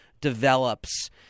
develops